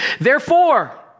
Therefore